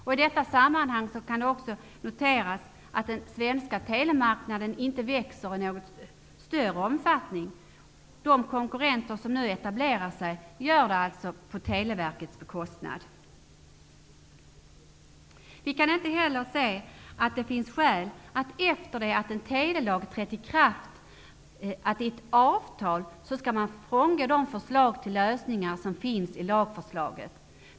I detta sammanhang kan också noteras att den svenska telemarknaden inte växer i någon större omfattning. De konkurrenter som nu etablerar sig gör det alltså på Televerkets bekostnad. Vidare kan vi inte se att det finns skäl att, efter det att en telelag trätt i kraft, i avtal frångå de förslag till lösningar som finns i lagförslaget.